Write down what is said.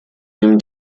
ihm